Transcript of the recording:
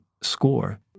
score